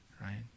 right